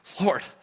Lord